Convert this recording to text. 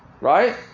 Right